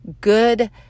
good